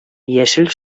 яшел